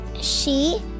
She